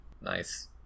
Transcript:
Nice